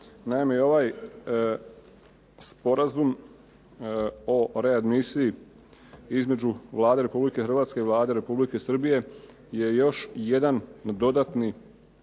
se ne razumije./… između Vlade Republike Hrvatske i Vlade Republike Srbije je još jedan dodatni